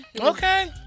Okay